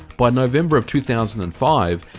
by november of two thousand and five,